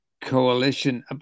coalition